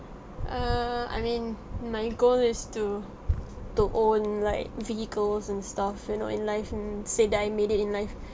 err I mean my goal is to to own like vehicles and stuff you know in life and say that I made it in life